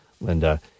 Linda